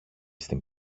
στην